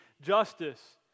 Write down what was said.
justice